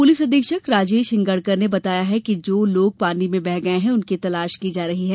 police अधीक्षक राजेश हिंगड़कर ने बताया है कि जो लोग पानी में बह गये हैं उनकी तलाश की जा रही है